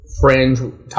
Fringe